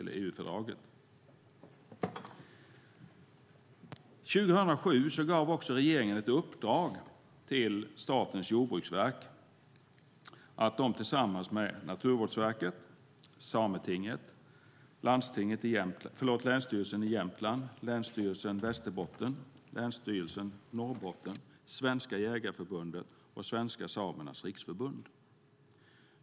År 2007 gav också regeringen ett uppdrag till Statens jordbruksverk, Naturvårdsverket, Sametinget, Länsstyrelsen i Jämtland, Länsstyrelsen i Västerbotten, Länsstyrelsen i Norrbotten, Svenska Jägareförbundet och Svenska Samernas Riksförbund.